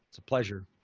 it's a pleasure.